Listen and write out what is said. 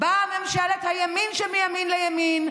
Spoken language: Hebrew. באה ממשלת הימין שמימין לימין,